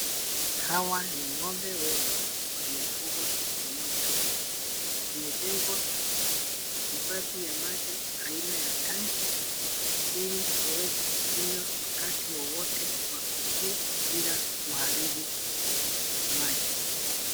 Hawa ni ngombe wengi waliofugwa pamoja. Kumejengwa hifadhi ya maji aina ya tank ili waweze kukunywa wakati wowote wako kiu ila waharibu maji.